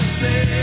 say